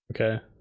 Okay